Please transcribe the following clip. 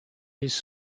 his